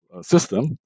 system